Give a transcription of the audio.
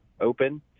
open